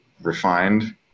refined